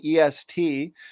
EST